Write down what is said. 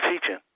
teaching